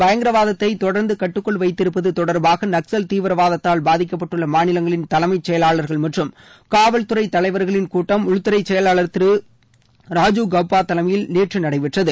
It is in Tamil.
பயங்கரவாதத்தை தொடர்ந்து கட்டுக்குள் வைத்திருப்பது தொடர்பாக நக்ஸல் நாட்டில் தீவிரவாதத்தால் பாதிக்கப்பட்டுள்ள மாநிலங்களின் தலைமை செயலாளர்கள் மற்றும் காவல்துறை தலைவர்களின் கூட்டத்தை உள்துறை செயவாளர் திரு ராஜூ கௌபா தலைமையில் நடைபெற்றது